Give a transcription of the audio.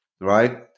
right